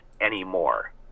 anymore